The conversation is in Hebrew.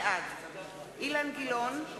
בעד אילן גילאון,